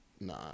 Nah